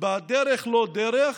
בדרך לא דרך,